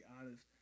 honest